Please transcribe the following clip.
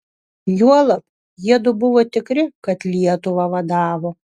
juolab jiedu buvo tikri kad lietuvą vadavo